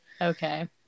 okay